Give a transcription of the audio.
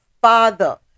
father